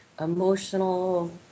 emotional